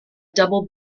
double